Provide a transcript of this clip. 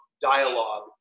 dialogue